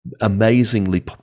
amazingly